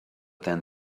then